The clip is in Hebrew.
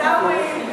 יש עיסאווי,